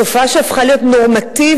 תופעה שהפכה להיות נורמטיבית,